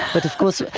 but of course,